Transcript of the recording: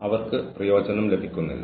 അതിനാൽ അത് വരെ ശരിയാണ്